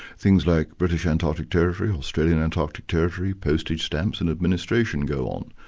things like british antarctic territory or australian antarctic territory, postage stamps and administration go on.